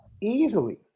easily